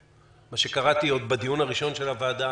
מה שקראתי עוד בדיון הראשון של הוועדה